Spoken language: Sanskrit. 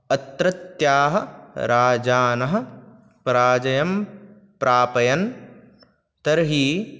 अत्रत्याः राजानः पराजयं प्रापयन् तर्हि